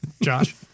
Josh